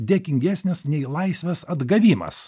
dėkingesnis nei laisvės atgavimas